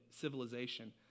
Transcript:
civilization